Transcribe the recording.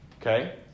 Okay